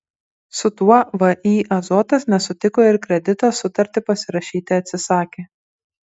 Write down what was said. su tuo vį azotas nesutiko ir kredito sutartį pasirašyti atsisakė